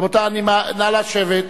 רבותי, נא לשבת.